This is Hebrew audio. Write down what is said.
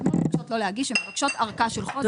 הן לא מבקשות לא להגיש, הן מבקשות ארכה של חודש.